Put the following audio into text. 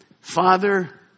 Father